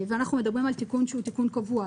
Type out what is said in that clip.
ואנחנו מדברים על תיקון שהוא תיקון קבוע,